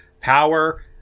Power